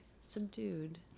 Subdued